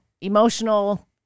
emotional